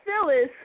Phyllis